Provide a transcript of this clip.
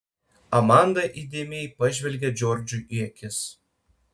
amanda įdėmiai pažvelgė džordžui į akis